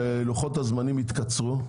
אנחנו רוצים שלוחות הזמנים יתקצרו.